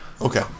Okay